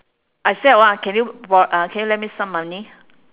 I said one can you bor~ uh can you lend me some money